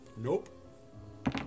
Nope